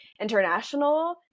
international